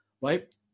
right